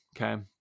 Okay